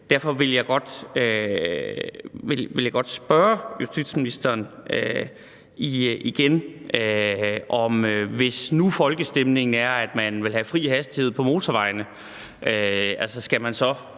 Derfor vil jeg godt spørge justitsministeren igen: Hvis nu folkestemningen er, at man vil have fri hastighed på motorvejene,